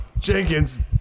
Jenkins